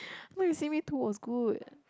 no you see me two was good